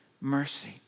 Mercy